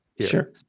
Sure